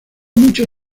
mucho